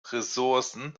ressourcen